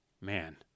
Man